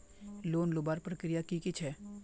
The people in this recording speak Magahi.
लोन लुबार प्रक्रिया की की छे?